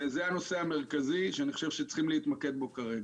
וזה הנושא המרכזי שאני חושב שצריכים להתמקד בו כרגע.